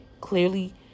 clearly